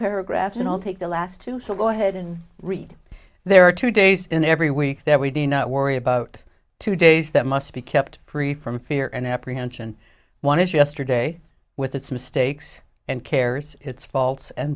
paragraphs and i'll take the last two so low i hadn't read there are two days in every week that we do not worry about two days that must be kept free from fear and apprehension one is yesterday with its mistakes and cares its faults and